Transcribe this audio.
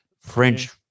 French